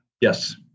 Yes